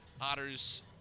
otters